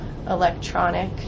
Electronic